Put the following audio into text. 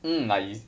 mm like this